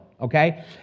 okay